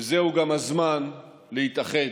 וזהו גם הזמן להתאחד,